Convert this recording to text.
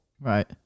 right